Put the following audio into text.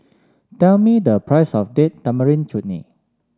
tell me the price of Date Tamarind Chutney